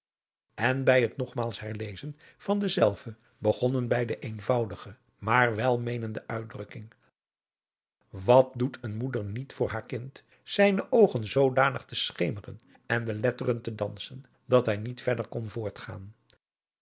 en bij het nogmaals herlezen van hetzelve begonnen bij de eenvoudige maar welmeenende uitdrukking wat doet een moeder niet voor haar kind zijne oogen zoodanig te schemeren en de letteren te dansen dat hij niet verder kon voortgaan